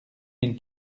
mille